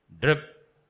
drip